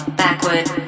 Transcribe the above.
backward